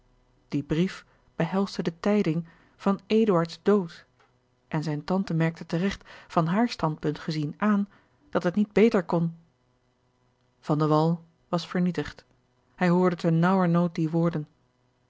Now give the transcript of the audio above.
die brief behelsde de tijding van eduards dood en zijne tante merkte te regt van haar standpunt gezien aan dat het niet beter kon george een ongeluksvogel van de wall was vernietigd hij hoorde te naauwernood die woorden